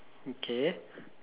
okay